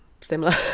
similar